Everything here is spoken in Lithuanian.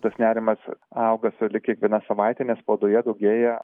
tas nerimas auga sulig kiekviena savaite nes spaudoje daugėja